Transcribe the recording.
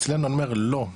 אצלנו אני אומר לא,